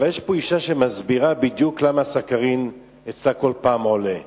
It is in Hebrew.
יש פה אשה שמסבירה בדיוק למה הסכרין כל פעם עולה אצלה,